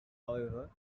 however